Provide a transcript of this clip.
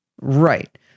Right